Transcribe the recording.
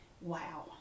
Wow